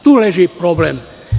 Tu leži problem.